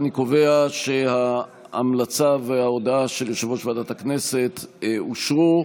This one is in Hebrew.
אני קובע שההמלצה וההודעה של יושב-ראש ועדת הכנסת אושרו,